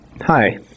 Hi